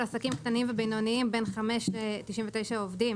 ובינוניים, בין 5 ל-99 עובדים.